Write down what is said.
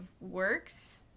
works